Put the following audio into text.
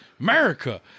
America